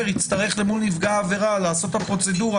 יצטרך למול נפגע העבירה לעשות את הפרוצדורה